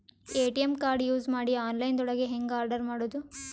ATM card use ಮಾಡಿ online ದೊಳಗೆ ಹೆಂಗ್ ಆರ್ಡರ್ ಮಾಡುದು?